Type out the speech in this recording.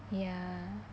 ya